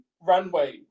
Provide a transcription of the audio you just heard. Runway